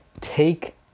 take